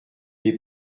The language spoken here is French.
est